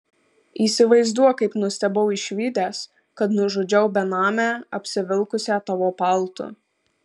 įsivaizduok kaip nustebau išvydęs kad nužudžiau benamę apsivilkusią tavo paltu